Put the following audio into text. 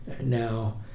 now